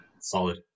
Solid